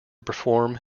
perform